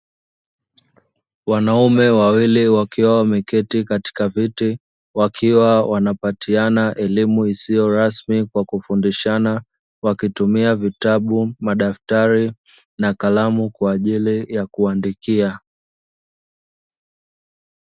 Wanaume wawili wakiwa wameketi katika viti wakiwa wanapatiana elimu isiyo rasmi kwa kufundishana; wakitumia vitabu, madaftari na kalamu kwa ajili ya kuandikia.